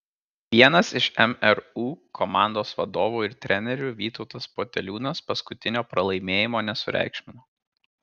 vienas iš mru komandos vadovų ir trenerių vytautas poteliūnas paskutinio pralaimėjimo nesureikšmino